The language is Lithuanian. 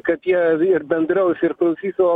kad jie ir bendraus ir klausys o